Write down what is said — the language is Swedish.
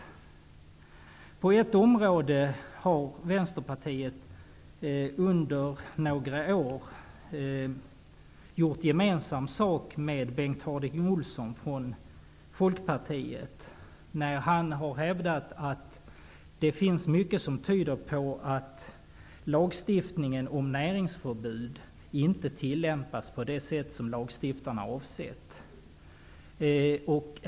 På ett område har Vänsterpartiet under några år gjort gemensam sak med Bengt Harding Olson från Folkpartiet, nämligen när han har hävdat att det finns mycket som tyder på att lagstiftningen om näringsförbud inte tillämpas på det sätt som lagstiftarna har avsett.